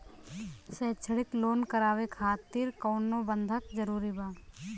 शैक्षणिक लोन करावे खातिर कउनो बंधक जरूरी बा?